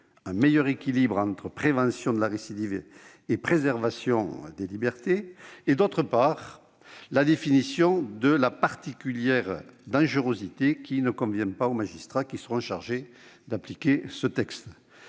un meilleur équilibre entre prévention de la récidive et préservation des libertés, d'autre part, la définition de la particulière dangerosité, qui ne convient pas aux magistrats qui seront chargés d'appliquer ce texte.